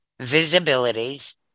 visibilities